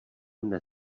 mne